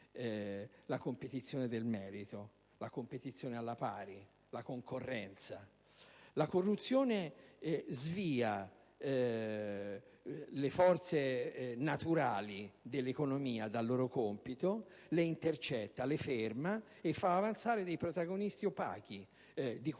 la competizione del merito, la competizione alla pari, la concorrenza. La corruzione svia le forze naturali dell'economia dal loro compito, le intercetta, le ferma e fa avanzare dei protagonisti opachi, di cui non si sa